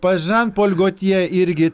pažam polgotjė tie irgi